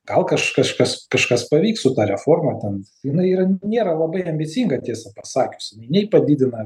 gal kaš kažkas kažkas pavyks su ta reforma ten jinai yra nėra labai ambicinga tiesą pasakius jinai nei padidina